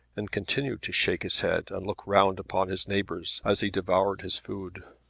and continued to shake his head and look round upon his neighbours as he devoured his food.